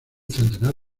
centenar